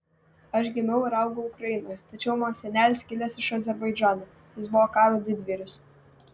aš gimiau ir augau ukrainoje tačiau mano senelis kilęs iš azerbaidžano jis buvo karo didvyris